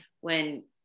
when-